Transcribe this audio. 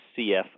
CF